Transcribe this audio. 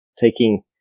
taking